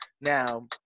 Now